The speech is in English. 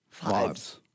vibes